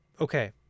Okay